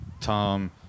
Tom